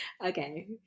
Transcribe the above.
Okay